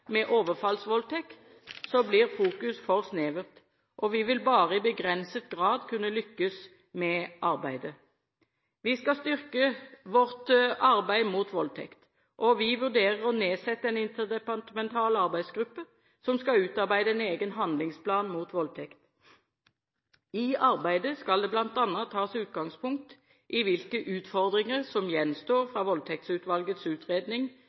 med overfallsvoldtekt, blir fokus for snevert, og vi vil bare i begrenset grad kunne lykkes med arbeidet. Vi skal styrke vårt arbeid mot voldtekt. Vi vurderer å nedsette en interdepartemental arbeidsgruppe som skal utarbeide en egen handlingsplan mot voldtekt. I arbeidet skal det bl.a. tas utgangspunkt i hvilke utfordringer som gjenstår fra Voldtektsutvalgets utredning